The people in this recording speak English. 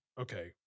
okay